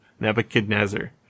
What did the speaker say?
Nebuchadnezzar